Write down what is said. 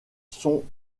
sont